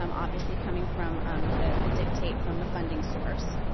um obviously coming from um the the dictate from the funding source.